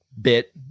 bit